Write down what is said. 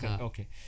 Okay